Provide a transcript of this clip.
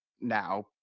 now